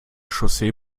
chaussee